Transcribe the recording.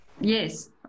Yes